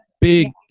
big